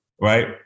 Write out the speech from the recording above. right